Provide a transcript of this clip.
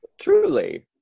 truly